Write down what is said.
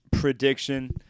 prediction